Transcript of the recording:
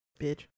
Bitch